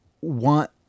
want